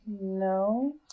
No